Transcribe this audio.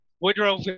woodrow